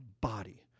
body